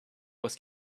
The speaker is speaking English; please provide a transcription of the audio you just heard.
was